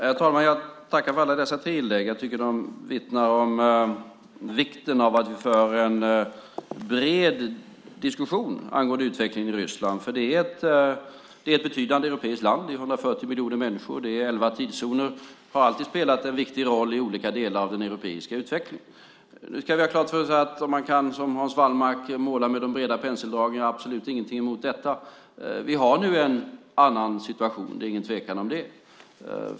Herr talman! Jag tackar för dessa tre inlägg. Jag tycker att de vittnar om vikten av att vi för en bred diskussion angående utvecklingen i Ryssland, för det är ett betydande europeiskt land. Det är 140 miljoner människor. Det är elva tidszoner. Ryssland har alltid spelat en viktig roll i olika delar av den europeiska utvecklingen. Nu ska vi ha en sak klar för oss. Man kan, som Hans Wallmark, måla med de breda penseldragen - jag har absolut ingenting emot detta. Vi har nu en annan situation. Det är ingen tvekan om det.